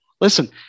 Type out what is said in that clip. Listen